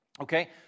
Okay